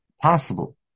Possible